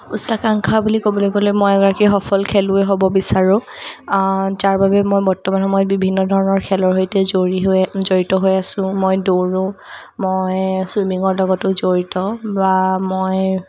উচ্চাকাংক্ষা বুলি ক'বলৈ গ'লে মই এগৰাকী সফল খেলুৱৈ হ'ব বিচাৰোঁ যাৰ বাবে মই বৰ্তমান সময়ত বিভিন্ন ধৰণৰ খেলৰ সৈতে জৰি হৈ জড়িত হৈ আছো মই দৌৰো মই চুইমিঙৰ লগতো জড়িত বা মই